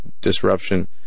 disruption